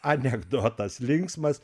anekdotas linksmas